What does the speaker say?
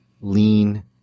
lean